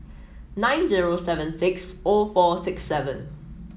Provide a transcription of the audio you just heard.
nine zero seven six o four six seven